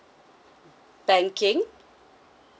banking